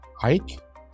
Hike